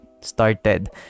started